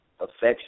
affection